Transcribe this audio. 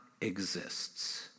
exists